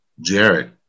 Jared